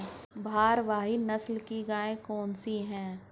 भारवाही नस्ल की गायें कौन सी हैं?